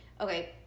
okay